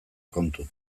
kontu